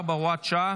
34, הוראת שעה,